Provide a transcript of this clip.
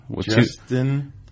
Justin